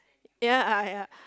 ya uh ya